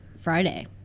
Friday